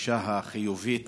הגישה החיובית